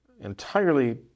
entirely